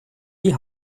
die